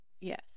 Yes